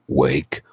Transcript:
wake